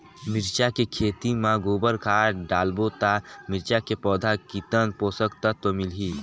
मिरचा के खेती मां गोबर खाद डालबो ता मिरचा के पौधा कितन पोषक तत्व मिलही?